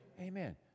amen